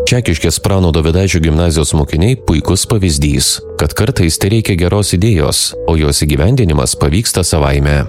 čekiškės prano dovydaičio gimnazijos mokiniai puikus pavyzdys kad kartais tereikia geros idėjos o jos įgyvendinimas pavyksta savaime